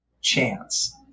chance